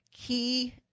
key